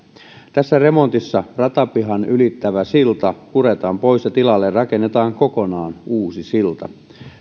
tässä remontissa ratapihan ylittävä silta puretaan pois ja tilalle rakennetaan kokonaan uusi silta